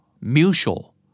Mutual